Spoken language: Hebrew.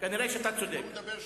הוא מדבר שטויות.